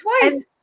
twice